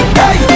hey